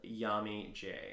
YamiJ